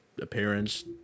Appearance